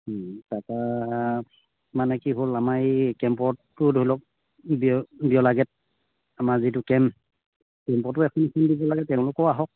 তাৰপৰা মানে কি হ'ল আমাৰ এই কেম্পততো ধৰি লওক লাগে আমাৰ যিটো কেম্প কেম্পতো এখন এখন দিব লাগে তেওঁলোকেও আহক